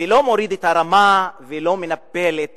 ולא מוריד את הרמה ולא מנבל את